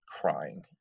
crying